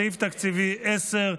סעיף תקציבי 10,